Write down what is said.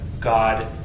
God